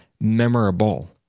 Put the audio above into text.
memorable